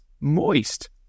Moist